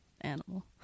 animal